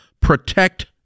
Protect